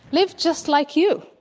lived just like you,